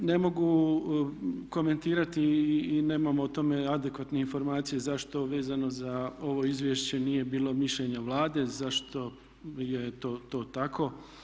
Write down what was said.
Ne mogu komentirati i nemam o tome adekvatne informacije zašto vezano za ovo izvješće nije bilo mišljenja Vlade, zašto je to tako.